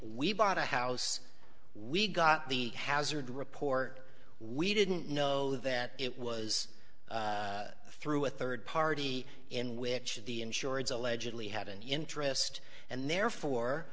we bought a house we got the hazard report we didn't know that it was through a third party in which the insurance allegedly had an interest and therefore